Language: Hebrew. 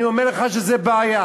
אני אומר לך שזו בעיה,